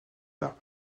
par